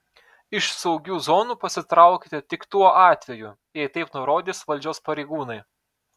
iš saugių zonų pasitraukite tik tuo atveju jei taip nurodys valdžios pareigūnai